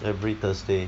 every thursday